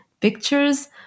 pictures